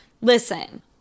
Listen